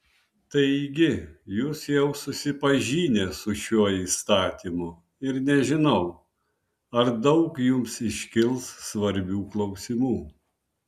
taigi jūs jau susipažinę su šiuo įstatymu ir nežinau ar daug jums iškils svarbių klausimų